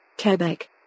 Quebec